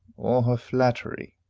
or her flattery?